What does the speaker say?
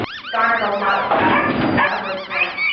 garnered a lot of traffic from this adwords grants.